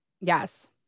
Yes